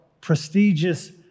prestigious